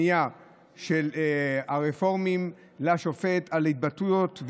פנייה של הרפורמים לשופט על התבטאויות,